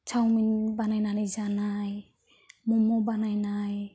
chowmein बानायनानै जानाय म'म' बानायनाय